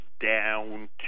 down